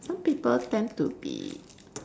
some people tend to be